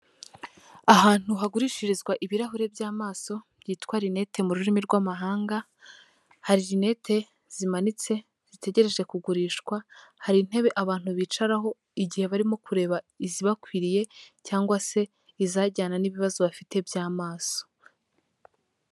Ahantu hagurishirizwa ibirahure by'amaso byitwa rinete mu rurimi rw'amahanga, hari rinete zimanitse zitegereje kugurishwa, hari intebe abantu bicaraho igihe barimo kureba izibakwiriye cyangwa se izajyana n'ibibazo bafite by'amaso.